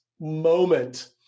moment